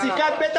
הצבעה בעד,